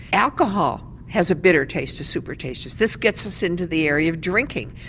alcohol has a bitter taste to supertasters this gets us into the area of drinking.